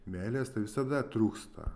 meilės tai visada trūksta